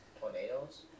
tornadoes